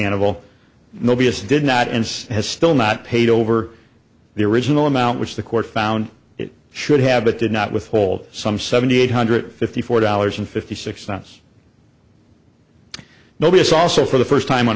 all nobody is did not and has still not paid over the original amount which the court found it should have but did not withhold some seventy eight hundred fifty four dollars and fifty six months notice also for the first time on